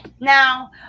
Now